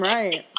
Right